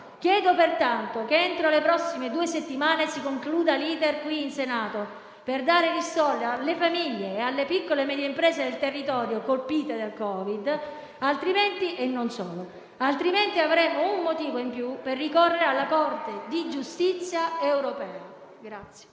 Chiedo pertanto che, entro le prossime due settimane, si concluda l'*iter* qui in Senato per dare ristoro alle famiglie e alle piccole e medie imprese del territorio colpite dal Covid, e non solo. Diversamente, avremo un motivo in più per ricorrere alla Corte di giustizia europea. **Atti